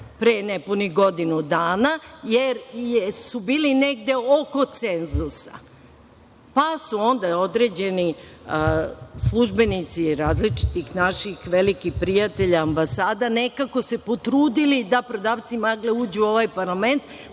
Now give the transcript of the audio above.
pre nepunih godinu dana, jer su bili negde oko cenzusa, pa su onda određeni službenici različitih naših velikih prijatelja ambasada nekako se potrudili da prodavci magle uđu u ovaj parlament,